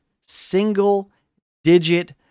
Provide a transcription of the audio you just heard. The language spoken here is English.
single-digit